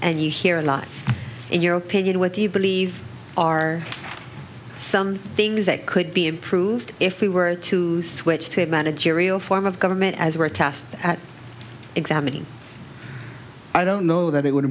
and you hear a lot in your opinion what you believe are some things that could be improved if we were to switch to a managerial form of government as we're tough at examining i don't know that it would